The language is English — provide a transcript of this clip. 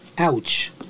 Ouch